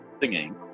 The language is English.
singing